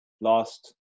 last